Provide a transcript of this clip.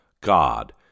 God